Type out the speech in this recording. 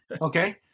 okay